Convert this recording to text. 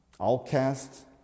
outcasts